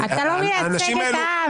אתה לא מייצג את העם.